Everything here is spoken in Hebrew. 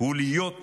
היא להיות